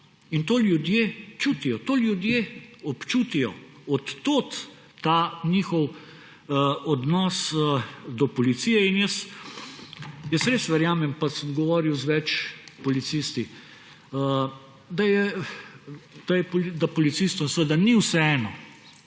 In to ljudje čutijo, to ljudje občutijo. Od tod ta njihov odnos do policije. In jaz res verjamem, pa sem govoril z več policisti, da policistom seveda ni vseeno,